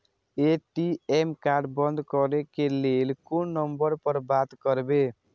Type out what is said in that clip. ATM card बंद करे के लेल कोन नंबर पर बात करबे?